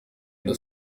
izo